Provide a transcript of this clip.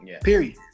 Period